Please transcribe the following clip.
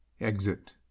exit